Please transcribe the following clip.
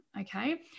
okay